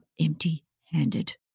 empty-handed